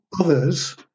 others